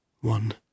One